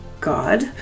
God